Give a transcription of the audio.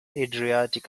adriatic